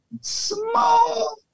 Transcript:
Small